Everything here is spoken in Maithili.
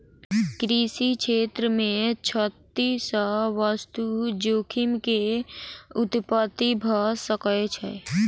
कृषि क्षेत्र मे क्षति सॅ वास्तु जोखिम के उत्पत्ति भ सकै छै